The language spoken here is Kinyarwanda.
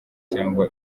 cyangwa